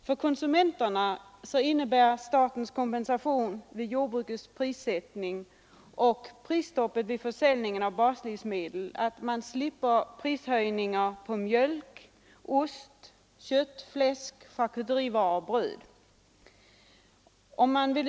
För konsumenterna innebär statens kompensation vid jordbrukets prissättning och prisstoppet vid försäljning att man slipper prishöjningar på mjölk, ost, kött, fläsk, charkuterivaror och bröd.